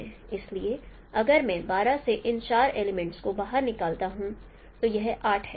इसलिए अगर मैं 12 से इन चार एलीमेंट को बाहर निकालता हूं तो यह 8 है